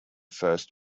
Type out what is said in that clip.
first